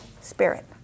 spirit